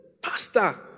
Pastor